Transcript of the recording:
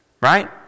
right